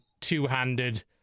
two-handed